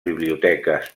biblioteques